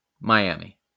Miami